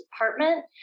department